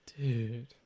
Dude